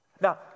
Now